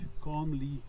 calmly